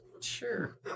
Sure